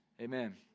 amen